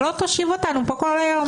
שלא תושיב אותנו כאן כל היום.